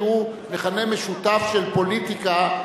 כי הוא מכנה משותף של פוליטיקה,